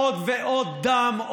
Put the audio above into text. עוד ועוד דם,